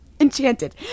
Enchanted